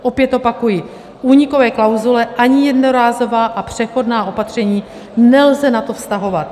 Opět opakuji, únikové klauzule ani jednorázová a přechodná opatření nelze na to vztahovat.